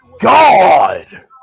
God